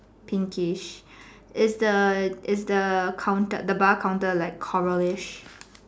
pinkish is the is the counter the bar counter like churlish